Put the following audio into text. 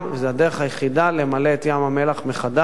זו הדרך היחידה למלא את ים-המלח מחדש,